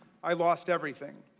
i lost everything.